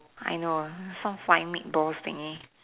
I know some flying meatballs thingy